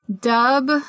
dub